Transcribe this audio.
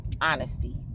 honesty